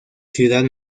ciudad